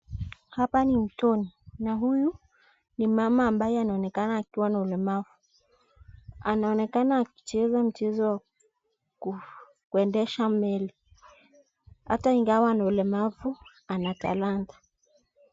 Hapa ni mtoni na huyu ni mama ambaye anaonekana akiwa na ulemavu. Anaonekana akicheza mchezo wa kuendesha meli. Ata ingawa ana ulemavu ana talanta.